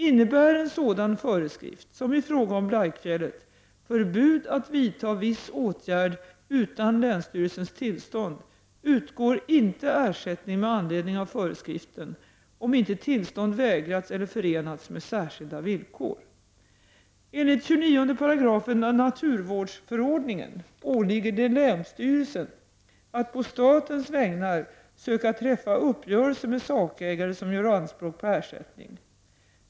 Innebär en sådan föreskrift, som i fråga om Blaikfjället, förbud att vidta viss åtgärd utan länsstyrelsens tillstånd, utgår inte ersättning med anledning av föreskriften om inte tillstånd vägrats eller förenats med särskilda villkor. Enligt 29 § naturvårdsförordningen åligger det länsstyrelsen att på statens vägnar söka träffa uppgörelse med sakägare som gör anspråk på ersättning.